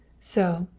so,